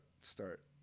start